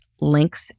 length